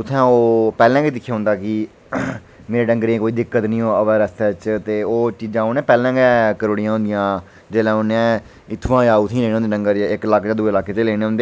उत्थै ओह् पैह्लें गै दिक्खी औंदा कि मेरे डंगरें ई कोई दिक्कत निं आवै रस्ते च ते ओह् चीजां उ'नें पैह्लें गै करी दियां होंदियां जेल्लै उ'नें इत्थुआं उत्थै लैने होन डंगर इक लाके दा दूए लाके च लेने होन